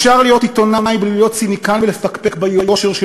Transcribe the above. אפשר להיות עיתונאי בלי להיות ציניקן ולפקפק ביושר של